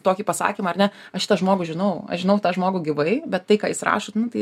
tokį pasakymą ar ne aš šitą žmogų žinau aš žinau tą žmogų gyvai bet tai ką jis rašo nu tai